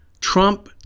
Trump